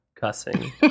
cussing